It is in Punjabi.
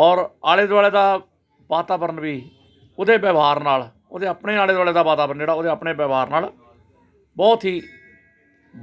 ਔਰ ਆਲੇ ਦੁਆਲੇ ਦਾ ਵਾਤਾਵਰਨ ਵੀ ਉਹਦੇ ਵਿਵਹਾਰ ਨਾਲ ਉਹਦੇ ਆਪਣੇ ਆਲੇ ਦੁਆਲੇ ਦਾ ਵਾਤਾਵਰਨ ਵੀ ਜਿਹੜਾ ਆਪਣੇ ਵਿਵਹਾਰ ਨਾਲ ਬਹੁਤ ਹੀ